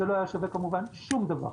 זה לא היה שווה כמובן שום דבר.